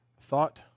thought